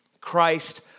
Christ